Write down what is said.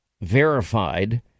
verified